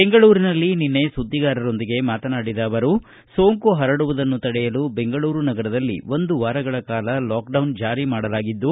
ಬೆಂಗಳೂರಿನಲ್ಲಿ ನಿನ್ನೆ ಸುದ್ದಿಗಾರರೊಂದಿಗೆ ಮಾತನಾಡಿದ ಅವರು ಸೋಂಕು ಪರಡುವುದನ್ನು ತಡೆಯಲುಬೆಂಗಳೂರು ನಗರದಲ್ಲಿ ಒಂದು ವಾರಗಳ ಕಾಲ ಲಾಕ್ಡೌನ್ ಜಾರಿಮಾಡಲಾಗಿದ್ದು